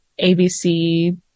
ABC